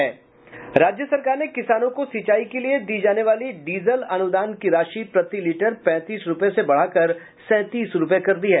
राज्य सरकार ने किसानों को सिंचाई के लिए दी जाने वाली डीजल अनुदान की राशि प्रति लीटर पैंतीस रूपये से बढ़ाकर सैंतीस रूपये कर दी है